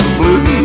blue